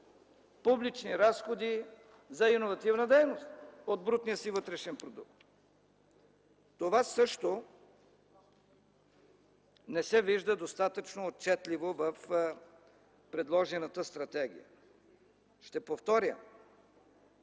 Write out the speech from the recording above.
публични разходи за иновативна дейност от брутния си вътрешен продукт. Това също не се вижда достатъчно отчетливо в предложената стратегия. Ще повторя: